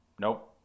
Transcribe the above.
nope